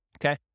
okay